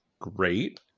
great